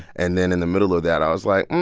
and then in the middle of that, i was like,